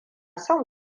son